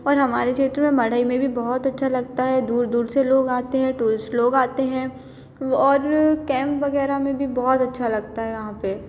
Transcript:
और हमारे क्षेत्र में मड़ई में भी बहुत अच्छा लगता है दूर दूर से लोग आते हैं टूरिस्ट लोग आते हैं और कैम्प वगैरह में भी बहुत अच्छा लगता है वहाँ पर